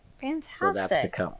Fantastic